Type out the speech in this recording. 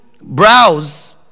browse